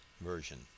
Version